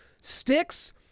Sticks